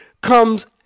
comes